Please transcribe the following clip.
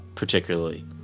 Particularly